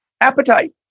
appetite